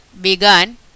began